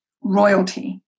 royalty